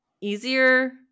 easier